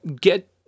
get